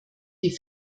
die